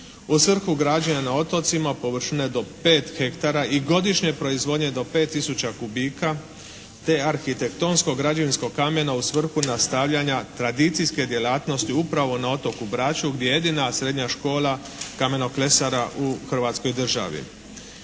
u svrhu građenja na otocima površine do 5 hektara i godišnje proizvodnje do 5 tisuća kubika te arhitektonsko-građevinskog kamena u svrhu nastavljanja tradicijske djelatnosti upravo na otoku Braču gdje je jedina srednja škola kamenoklesara u Hrvatskoj državi.